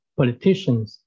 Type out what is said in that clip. politicians